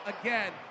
again